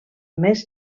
més